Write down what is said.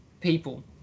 people